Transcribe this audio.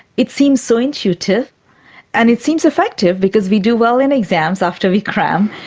it seems so intuitive and it seems effective because we do well in exams after we cram,